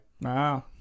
Wow